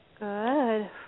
Good